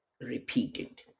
repeated